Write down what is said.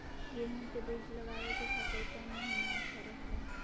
गेहूं के बीज लगावे के खातिर कौन महीना अच्छा रहतय?